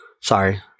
Sorry